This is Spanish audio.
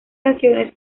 canciones